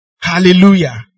Hallelujah